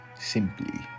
Simply